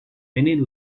many